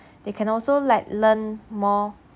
they can also like learn more